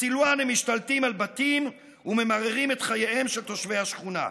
בסילוואן הם משתלטים על בתים וממררים את חייהם של תושבי השכונה.